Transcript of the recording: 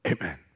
Amen